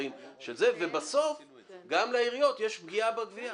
ובסוף גם לעיריות יש פגיעה בגבייה.